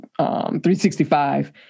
365